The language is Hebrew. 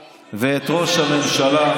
הממשלה ואת ראש הממשלה.